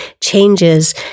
changes